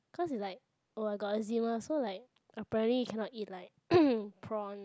cause it's like oh I got eczema so like apparently you cannot eat like prawn